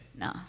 No